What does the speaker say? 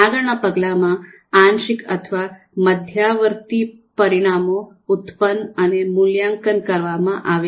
આગળનાં પગલામાં આંશિક અથવા મધ્યવર્તી પરિણામો ઉત્પન્ન અને મૂલ્યાંકન કરવામાં આવે છે